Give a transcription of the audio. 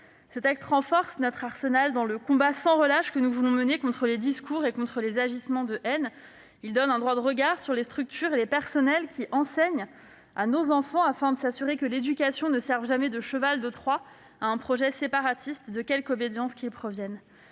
Ce texte renforce notre arsenal dans le combat sans relâche que nous voulons mener contre les discours et les agissements de haine. Ce texte nous donne un droit de regard sur les structures et les salariés qui enseignent à nos enfants, afin de s'assurer que l'éducation ne servira jamais de cheval de Troie à un projet séparatiste, de quelque obédience qu'il provienne.